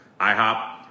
IHOP